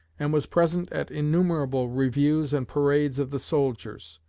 and was present at innumerable reviews and parades of the soldiers.